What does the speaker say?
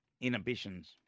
Inhibitions